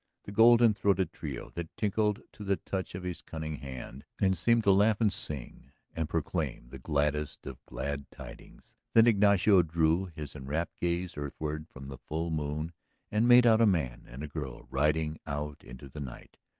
the golden-throated trio that tinkled to the touch of his cunning hand and seemed to laugh and sing and proclaim the gladdest of glad tidings. then ignacio drew his enrapt gaze earthward from the full moon and made out a man and a girl riding out into the night,